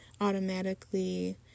automatically